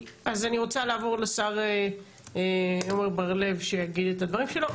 אז אני רוצה לעבור לשר עמר בר לב שיגיד את הדברים שלו.